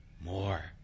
more